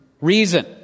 Reason